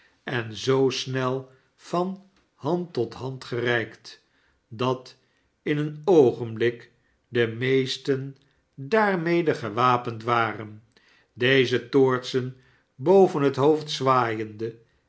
en zoo snel van hand tot hand gereikt dat in een oogenblik de meesten daarmede gewapend waren deze toortsen boven het hoofd zwaaiende